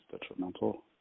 detrimental